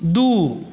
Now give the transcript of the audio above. दू